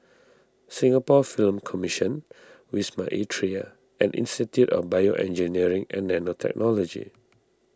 Singapore Film Commission Wisma Atria and Institute of BioEngineering and Nanotechnology